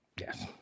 Yes